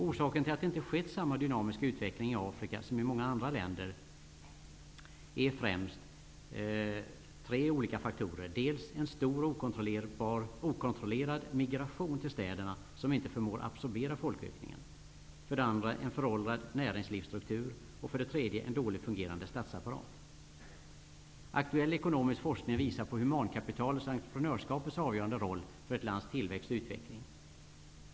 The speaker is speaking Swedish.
Orsakerna till att man inte haft samma dynamiska utveckling i länderna i Afrika som i många andra länder är främst följande: 1. en stor och okontrollerad migration till städerna, som inte förmår absorbera folkökningen 2. en föråldrad näringslivsstruktur 3. en dåligt fungerande statsapparat. Aktuell ekonomisk forskning visar på humankapitalets och entreprenörskapets avgörande roll för ett lands tillväxt och utveckling.